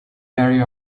area